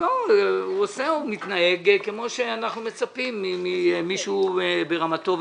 הוא מתנהג כמו שאנחנו מצפים ממישהו ברמתו.